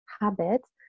habits